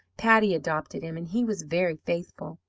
patty adopted him, and he was very faithful.